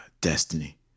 Destiny